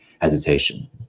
hesitation